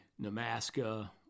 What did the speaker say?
Namaska